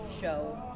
show